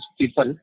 people